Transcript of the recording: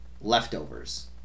Leftovers